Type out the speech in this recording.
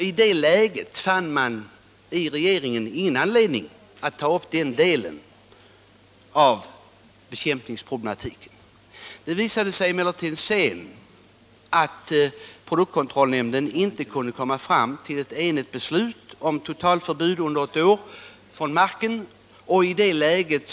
I det läget fann regeringen ingen anledning att ta upp den delen av bekämpningsproblematiken. Det visade sig emellertid sedan att produktkontrollnämnden inte kunde komma fram till ett enigt beslut om totalförbud under ett år mot bekämpning från marken.